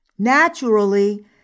Naturally